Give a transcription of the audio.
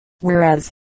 Whereas